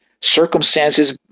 Circumstances